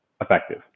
effective